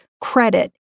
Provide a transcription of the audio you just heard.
credit